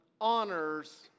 honors